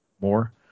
more